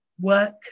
Work